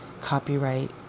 copyright